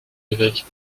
évêque